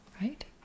right